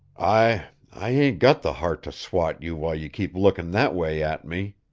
i i ain't got the heart to swat you while you keep lookin' that way at me,